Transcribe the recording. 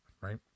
right